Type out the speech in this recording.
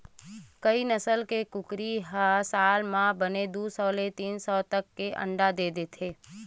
कइ नसल के कुकरी ह साल म बने दू सौ ले तीन सौ तक के अंडा दे देथे